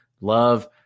Love